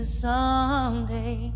someday